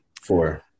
Four